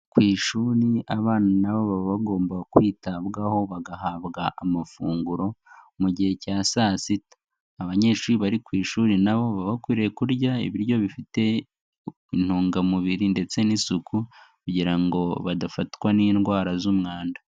Ku ishuri abana nabo baba bagomba kwitabwaho, bagahabwa amafunguro, mu gihe cya saa sita. abanyeshuri bari ku ishuri nabo, baba bakwiriye kurya ibiryo bifite intungamubiri, ndetse n'isuku, kugira ngo badafatwa n'indwara z'umwanda.